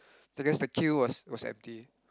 because the queue was was empty